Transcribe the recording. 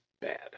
bad